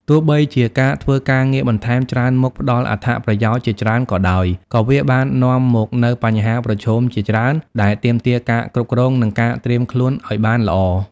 ទោះបីជាការធ្វើការងារបន្ថែមច្រើនមុខផ្តល់អត្ថប្រយោជន៍ជាច្រើនក៏ដោយ ក៏វាបាននាំមកនូវបញ្ហាប្រឈមជាច្រើនដែលទាមទារការគ្រប់គ្រង និងការត្រៀមខ្លួនឱ្យបានល្អ។